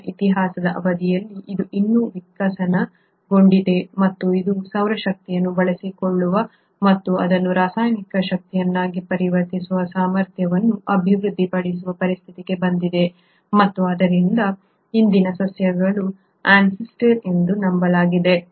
ಭೂಮಿಯ ಇತಿಹಾಸದ ಅವಧಿಯಲ್ಲಿ ಇದು ಇನ್ನೂ ವಿಕಸನಗೊಂಡಿದೆ ಮತ್ತು ಅದು ಸೌರ ಶಕ್ತಿಯನ್ನು ಬಳಸಿಕೊಳ್ಳುವ ಮತ್ತು ಅದನ್ನು ರಾಸಾಯನಿಕ ಶಕ್ತಿಯನ್ನಾಗಿ ಪರಿವರ್ತಿಸುವ ಸಾಮರ್ಥ್ಯವನ್ನು ಅಭಿವೃದ್ಧಿಪಡಿಸುವ ಪರಿಸ್ಥಿತಿಗೆ ಬಂದಿದೆ ಮತ್ತು ಆದ್ದರಿಂದ ಇಂದಿನ ಸಸ್ಯಗಳ ಅನ್ಸೆಸ್ಟಾರ್ ಎಂದು ನಂಬಲಾಗಿದೆ